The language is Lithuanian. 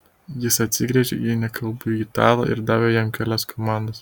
jis atsigręžė į nekalbųjį italą ir davė jam kelias komandas